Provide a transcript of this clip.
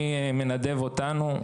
אני מנדב אותנו.